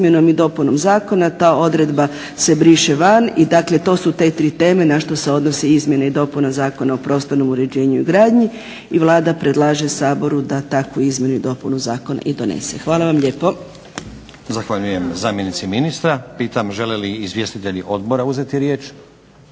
izmjena i dopuna Zakona o prostornom uređenju i gradnji. I Vlada predlaže Saboru da takvu izmjenu i dopunu zakona i donese. Hvala vam lijepo.